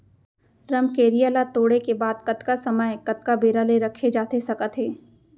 रमकेरिया ला तोड़े के बाद कतका समय कतका बेरा ले रखे जाथे सकत हे?